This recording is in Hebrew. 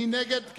מי נגד?